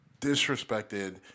disrespected